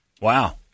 Wow